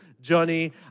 Johnny